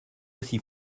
aussi